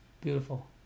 Beautiful